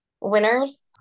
Winners